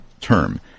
term